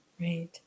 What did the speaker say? Right